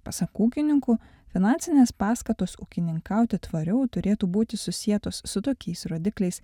pasak ūkininkų finansinės paskatos ūkininkauti tvariau turėtų būti susietos su tokiais rodikliais